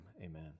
amen